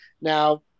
Now